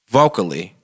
vocally